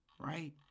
right